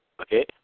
Okay